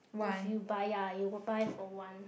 if you buy ya you buy for one